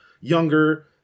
younger